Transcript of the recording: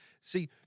See